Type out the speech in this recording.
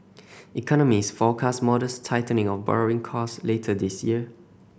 economists forecast modest tightening of borrowing cost later this year